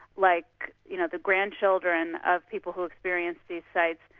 like you know the grandchildren of people who experienced these sites,